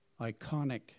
iconic